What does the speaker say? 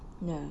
ya